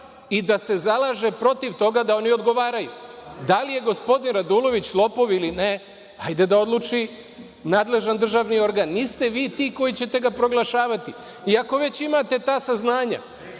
i da se zalaže protiv toga da oni odgovaraju. Da li je gospodin Radulović lopov ili ne, hajde da odluči nadležan državni organ. Niste vi ti koji ćete ga proglašavati. Ako već imate ta saznanja,